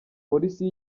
polisi